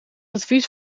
advies